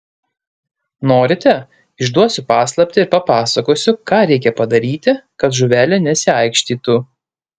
norite išduosiu paslaptį ir papasakosiu ką reikia padaryti kad žuvelė nesiaikštytų